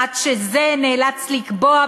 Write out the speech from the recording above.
עד שזה נאלץ לקבוע,